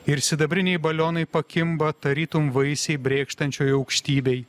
ir sidabriniai balionai pakimba tarytum vaisiai brėkštančioj aukštybėj